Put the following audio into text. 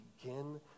begin